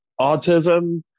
autism